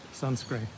sunscreen